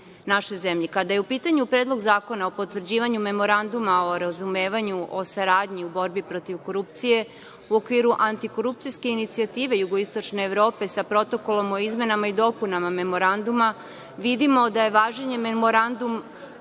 je u pitanju Predlog zakona o potvrđivanju memoranduma o razumevanju o saradnji u borbi protiv korupcije, u okviru antikorupcijske inicijative jugoistočne Evrope sa protokolom o izmenama i dopunama Memoranduma, vidimo da je važenje memoranduma